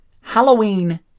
Halloween